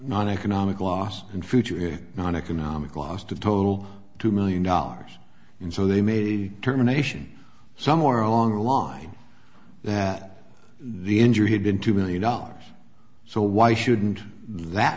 non economic loss and future non economic lost a total of two million dollars and so they may be determination somewhere along the line that the injury had been two million dollars so why shouldn't that